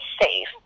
safe